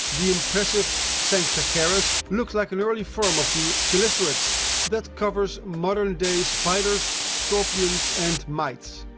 the impressive sanctacaris looked like an early form of the chelicerates that covers modern-day spiders, scorpions and mites.